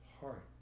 heart